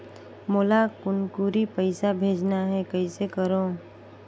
मोला कुनकुरी पइसा भेजना हैं, कइसे करो?